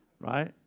Right